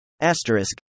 Asterisk